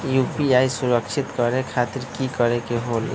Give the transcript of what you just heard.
UPI सुरक्षित करे खातिर कि करे के होलि?